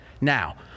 Now